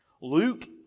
Luke